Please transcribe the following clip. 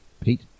Pete